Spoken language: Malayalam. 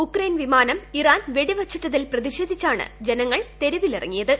ഉക്രയിൻ വിമാനം ഇറാൻ വെടിവച്ചിട്ടതിൽ പ്രതിഷേധിച്ചാണ് ജനങ്ങൾ തെരുവിലിറങ്ങിയത്